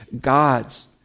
God's